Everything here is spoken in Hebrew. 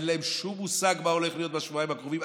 אין להם שום מושג מה הולך להיות בשבועיים הקרובים?